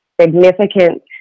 significant